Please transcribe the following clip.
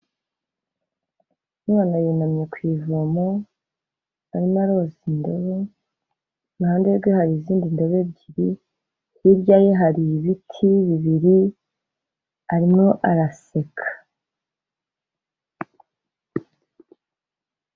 Umwana yunamye ku ivomo arimo aroza indobo, iruhande rwe hari izindi ndobo ebyiri, hirya ye hari ibiti bibiri, arimo araseka.